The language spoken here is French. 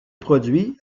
produits